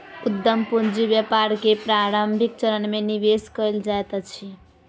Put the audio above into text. उद्यम पूंजी व्यापार के प्रारंभिक चरण में निवेश कयल जाइत अछि